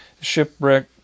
Shipwreck